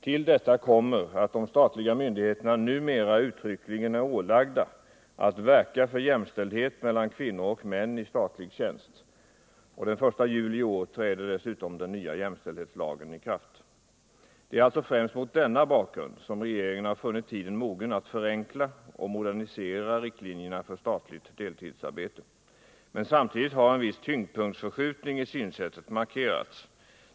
Till detta kommer att de statliga myndigheterna numera uttryckligen är ålagda att verka för jämställdhet mellan kvinnor och män i statlig tjänst. Och den 1 juli i år träder dessutom den nya jämställdhetslagen i kraft. Det är alltså främst mot denna bakgrund som regeringen har funnit tiden mogen att förenkla och modernisera riktlinjerna för statligt deltidsarbete. Men samtidigt har en viss tyngdpunktsförskjutning i synsättet markerats.